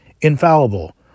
infallible